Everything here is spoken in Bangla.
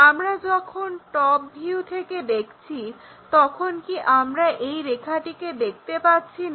আমরা যখন টপ ভিউ থেকে দেখছি তখন কি আমরা এই রেখাটিকে দেখতে পাচ্ছি না